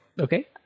Okay